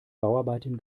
bauarbeiten